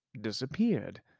disappeared